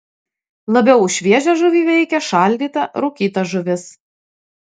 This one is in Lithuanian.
labiau už šviežią žuvį veikia šaldyta rūkyta žuvis